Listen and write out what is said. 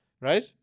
right